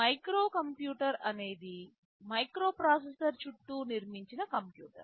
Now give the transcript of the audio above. microcomputer అనేది microprocessor చుట్టూ నిర్మించిన కంప్యూటర్